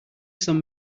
some